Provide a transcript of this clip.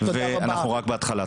ואנחנו רק בהתחלה.